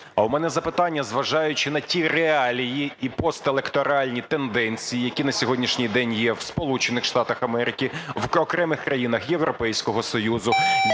А в мене запитання, зважаючи на ті реалії і постелекторальні тенденції, які на сьогоднішній день є в Сполучених Штатах Америки, в окремих країнах Європейського Союзу,